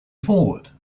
forward